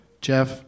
Jeff